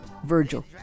Virgil